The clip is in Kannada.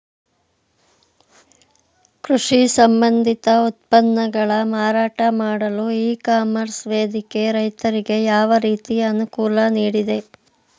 ಕೃಷಿ ಸಂಬಂಧಿತ ಉತ್ಪನ್ನಗಳ ಮಾರಾಟ ಮಾಡಲು ಇ ಕಾಮರ್ಸ್ ವೇದಿಕೆ ರೈತರಿಗೆ ಯಾವ ರೀತಿ ಅನುಕೂಲ ನೀಡಿದೆ?